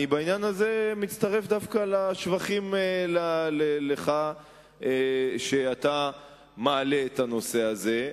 בעניין הזה אני מצטרף דווקא לשבחים לך על שאתה מעלה את הנושא הזה.